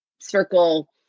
circle